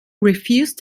refused